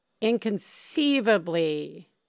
inconceivably